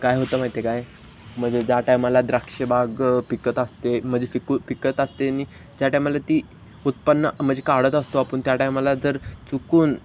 काय होतं माहिती काय म्हणजे ज्या टायमाला द्राक्ष बाग पिकत असते म्हणजे पिकू पिकत असते आणि ज्या टायमाला ती उत्पन्न म्हणजे काढत असतो आपण त्या टायमाला जर चुकून